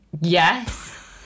Yes